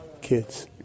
kids